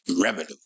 revenue